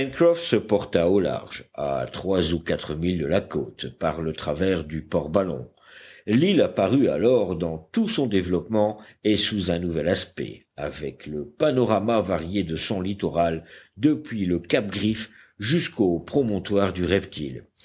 se porta au large à trois ou quatre milles de la côte par le travers du port ballon l'île apparut alors dans tout son développement et sous un nouvel aspect avec le panorama varié de son littoral depuis le cap griffe jusqu'au promontoire du reptile